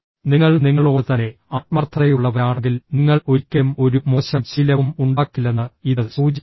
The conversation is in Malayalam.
നിങ്ങൾ നിങ്ങളോട് തന്നെ ആത്മാർത്ഥതയുള്ളവരാണെങ്കിൽ നിങ്ങൾ ഒരിക്കലും ഒരു മോശം ശീലവും ഉണ്ടാക്കില്ലെന്ന് ഇത് സൂചിപ്പിക്കുന്നു